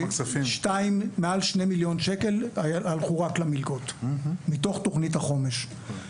מעל שני מיליון שקלים הלכו רק למלגות מתוך תוכנית החומש.